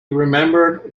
remembered